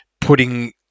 putting